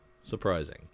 Surprising